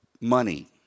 money